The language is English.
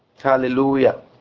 Hallelujah